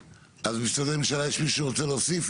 משרדי ממשלה, יש מישהו שרוצה להוסיף?